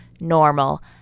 normal